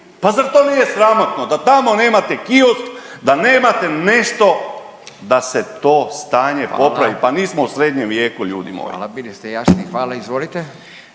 Pa zar to nije sramotno da tamo nemate kiosk da nemate nešto da se to stanje popravi? Pa nismo u srednjem vijeku ljudi. **Radin, Furio (Nezavisni)** Hvala. Bili ste